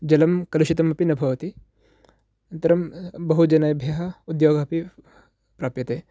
जलं कलुषितमपि न भवति अनन्तरं बहुजनेभ्यः उद्योग अपि प्राप्यते